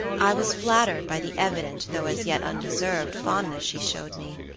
i was flattered by the evident, though as yet undeserved, fondness she showed me.